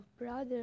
brother